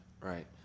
Right